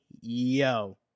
yo